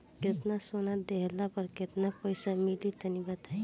केतना सोना देहला पर केतना पईसा मिली तनि बताई?